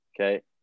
Okay